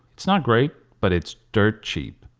it's not great but it's dirt cheap.